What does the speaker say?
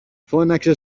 φώναξε